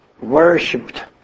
worshipped